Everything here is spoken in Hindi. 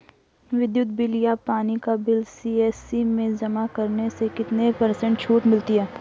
विद्युत बिल या पानी का बिल सी.एस.सी में जमा करने से कितने पर्सेंट छूट मिलती है?